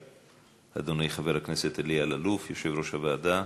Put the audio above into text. אדוני חבר הכנסת אלי אלאלוף, יושב-ראש הוועדה,